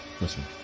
Listen